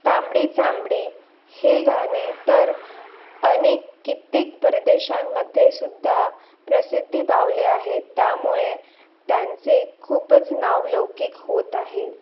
तांबडी चांबडी हे गाणे तर अनेक कित्येक परदेशांमध्ये सुद्धा प्रसिद्धी पावले आहे त्यामुळे त्यांचे खूपच नावलौकिक होत आहे